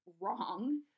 wrong